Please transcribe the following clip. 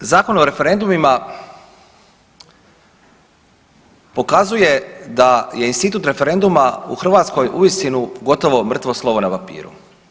Naime, Zakon o referendumima pokazuje da je institut referenduma u Hrvatskoj uistinu gotovo mrtvo slovo na papiru.